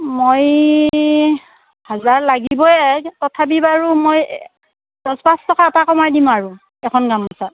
মই হাজাৰ লাগিবয়ে তথাপি বাৰু মই দহ পাঁচ টকা এটা কমাই দিম আৰু এখন গামোচাত